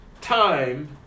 time